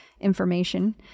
information